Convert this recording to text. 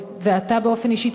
ואתה באופן אישי,